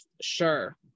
Sure